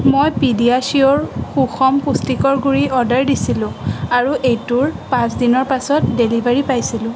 মই পিডিয়াচিয়োৰ সুষম পুষ্টিকৰ গুড়ি অৰ্ডাৰ দিছিলোঁ আৰু এইটোৰ পাঁচ দিনৰ পাছত ডেলিভাৰী পাইছিলোঁ